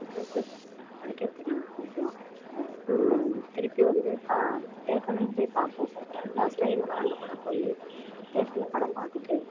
நிறைய புக் படிப்பேன் படிக்கிறத்துக்கு எனக்கு பிடிக்கும் திருப்பி வந்து பா தேட்டர்லேயும் போய் பார்ப்போம் லாஸ்ட்டாக எங்கள் ஃப்ரெண்டு கூட போய் தேட்ரில் படம் பார்த்துட்டு